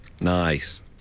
Nice